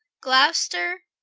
gloster,